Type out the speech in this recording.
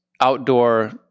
outdoor